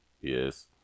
Yes